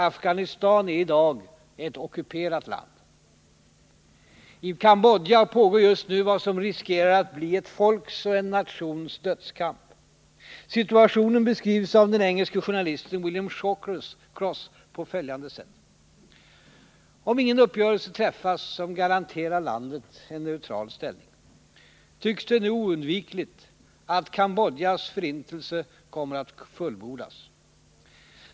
Afghanistan är i dag ett ockuperat land. I Cambodja pågår just nu vad som riskerar att bli ett folks och en nations dödskamp. Situationen beskrivs av den engelske journalisten William Shawcross på följande sätt: Om ingen uppgörelse kan träffas som garanterar landet en neutral ställning ”tycks det nu oundvikligt att Cambodjas förintelse kommer att fullbordas.